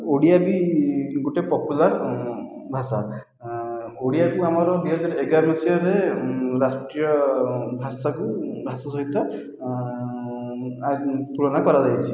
ଓଡ଼ିଆ ବି ଗୋଟିଏ ପପୁଲାର ଭାଷା ଓଡ଼ିଆକୁ ଆମର ଦୁଇ ହଜାର ଏଗାର ମସିହାରେ ରାଷ୍ଟ୍ରୀୟ ଭାଷାକୁ ଭାଷା ସହିତ ତୁଳନା କରାଯାଇଛି